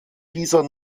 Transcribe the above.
dieser